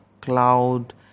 Cloud